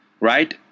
right